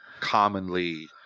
commonly